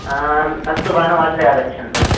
आं अस्तु भानुवासरे आगच्छन्तु